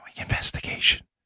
investigation